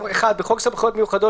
"תיקון סעיף 24 בחוק סמכויות מיוחדות